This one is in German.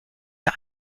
der